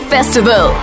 Festival